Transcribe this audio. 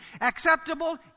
Acceptable